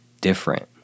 different